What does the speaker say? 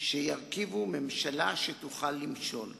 שירכיבו ממשלה שתוכל למשול.